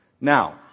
Now